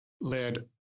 led